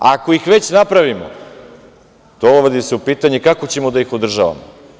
Ako ih već napravimo, dovodi se u pitanje kako ćemo da ih održavamo?